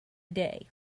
day